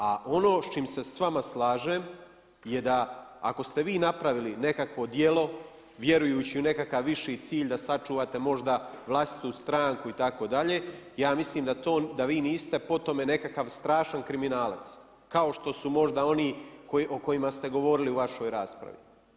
A ono s čim se s vama slažem je da ako ste vi napravili nekakvo djelo vjerujući u nekakav viši cilj da sačuvate možda vlastitu stranku itd. ja mislim da vi niste po tome nekakav strašan kriminalac kao što su možda oni o kojima ste govorili u vašoj raspravi.